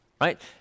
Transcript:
Right